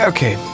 Okay